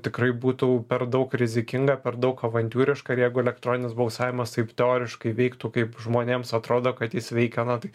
tikrai būtų per daug rizikinga per daug avantiūriška ir jeigu elektroninis balsavimas taip teoriškai veiktų kaip žmonėms atrodo kad jis veikia na tai